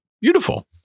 Beautiful